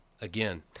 again